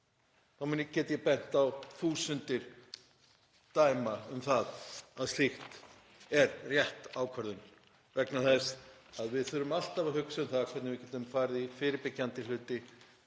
þá get ég bent á þúsundir dæma um það að slíkt er rétt ákvörðun vegna þess að við þurfum alltaf að hugsa um hvernig við getum farið í fyrirbyggjandi